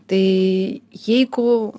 tai jeigu